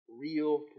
real